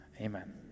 Amen